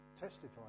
testified